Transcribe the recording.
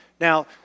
Now